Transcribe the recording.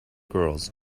girls